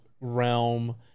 realm